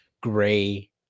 gray